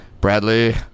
Bradley